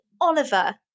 Oliver